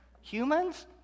humans